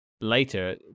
later